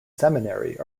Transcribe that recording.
seminary